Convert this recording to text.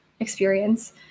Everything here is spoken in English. experience